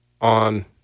on